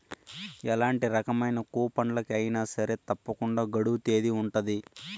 ఎలాంటి రకమైన కూపన్లకి అయినా సరే తప్పకుండా గడువు తేదీ ఉంటది